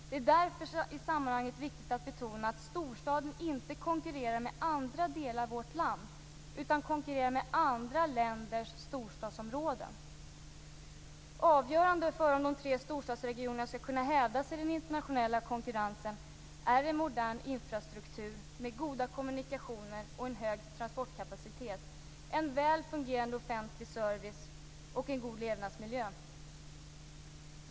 Det är därför i sammanhanget viktigt att betona att storstaden inte konkurrerar med andra delar av vårt land utan konkurrerar med andra länders storstadsområden. Avgörande för om de tre storstadsregionerna skall kunna hävda sig i den internationella konkurrensen är en modern infrastruktur med goda kommunikationer och en hög transportkapacitet, en väl fungerande offentlig service och en god levnadsmiljö.